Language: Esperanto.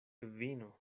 vino